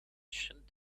shut